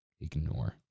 ignore